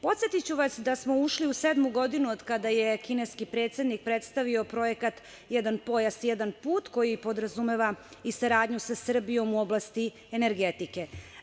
Podsetiću vas da smo ušli u sedmu godinu od kada je kineski predsednik predstavio Projekat „Jedan pojas, jedan put“ koji podrazumeva i saradnju sa Srbijom u oblasti energetike.